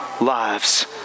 lives